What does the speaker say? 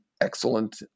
excellent